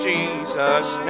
Jesus